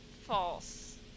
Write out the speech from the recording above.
False